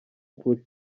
kuri